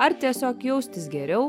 ar tiesiog jaustis geriau